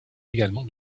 également